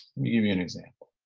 me give you an example.